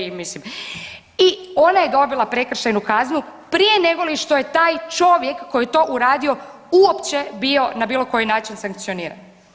I mislim ona je dobila prekršajnu kaznu prije nego li što je taj čovjek koji je to uradio uopće bio na bilo koji način sankcioniran.